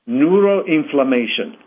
neuroinflammation